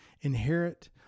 inherit